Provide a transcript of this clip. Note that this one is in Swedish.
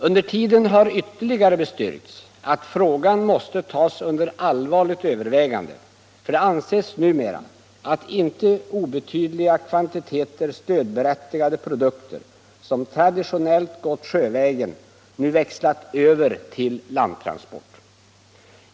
Under tiden har ytterligare bestyrkts att frågan måste tas under allvarligt övervägande. Det anses numera att inte obetydliga kvantiteter stödberättigade produkter, som traditionellt gått sjövägen, växlat över till landtransport.